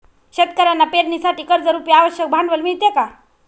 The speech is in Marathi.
शेतकऱ्यांना पेरणीसाठी कर्जरुपी आवश्यक भांडवल मिळते का?